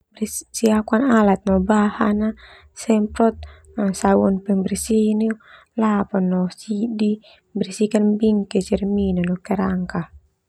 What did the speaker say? Persiapkan alat ah no bahan ah, semprot sabun pembersih, lap ah no sidi, bersihkan bingkai cermin ah no kerangka.